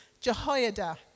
Jehoiada